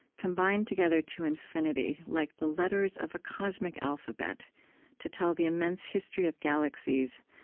combine together to infinity like the letters of a cosmic alphabet to tell the immense history of galaxies,